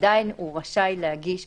עדיין הוא רשאי להגיש בקשה,